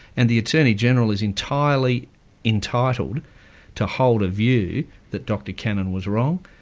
and the attorney-general is entirely entitled to hold a view that dr cannon was wrong,